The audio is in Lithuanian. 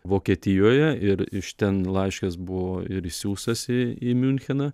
vokietijoje ir iš ten laiškas buvo ir išsiųstas į į miuncheną